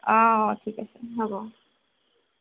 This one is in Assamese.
অঁ ঠিক আছে হ'ব